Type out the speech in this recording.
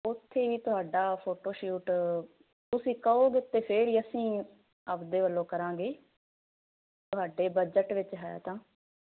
ਉਥੇ ਹੀ ਤੁਹਾਡਾ ਫੋਟੋ ਸ਼ੂਟ ਤੁਸੀਂ ਕਹੋਗੇ ਤੇ ਫਿਰ ਅਸੀਂ ਆਪਦੇ ਵੱਲੋਂ ਕਰਾਂਗੇ ਤੁਹਾਡੇ ਬਜਟ ਵਿੱਚ ਹੈ ਤਾਂ